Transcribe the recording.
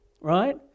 right